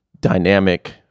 dynamic